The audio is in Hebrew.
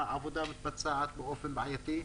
והעבודה מתבצעת באופן בעייתי.